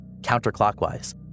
counterclockwise